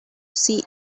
see